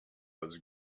was